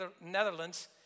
Netherlands